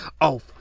off